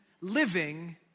living